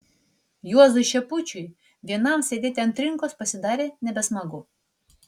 juozui šepučiui vienam sėdėti ant trinkos pasidarė nebesmagu